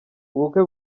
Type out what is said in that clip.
ubukwe